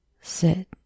Sit